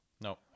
No